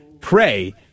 pray